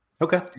Okay